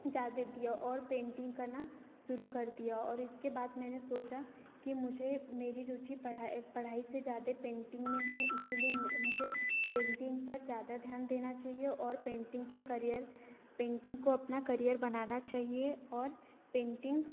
ज्यादे दिया और पेंटिंग करना शुरू कर दिया और इसके बाद मैंने सोचा कि मुझे मेरी रुचि पढ़ाई पढ़ाई से ज्यादे पेंटिंग में है इसीलिए मुझे पेंटिंग पर ज्यादा ध्यान देना चाहिए और पेंटिंग के करियर पेंटिंग को अपना करियर बनाना चाहिए और पेंटिंग